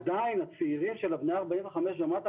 עדיין הצעירים של הבני 45 ומטה,